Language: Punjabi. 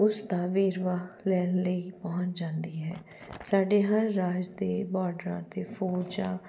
ਉਸ ਦਾ ਵੇਰਵਾ ਲੈਣ ਲਈ ਪਹੁੰਚ ਜਾਂਦੀ ਹੈ ਸਾਡੇ ਹਰ ਰਾਜ ਦੇ ਬਾਰਡਰਾਂ 'ਤੇ ਫੌਜਾਂ